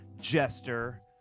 Jester